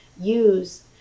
use